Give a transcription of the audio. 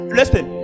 Listen